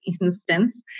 instance